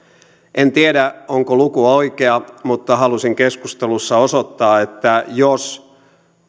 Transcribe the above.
en tiedä onko luku oikea mutta halusin keskustelussa osoittaa että jos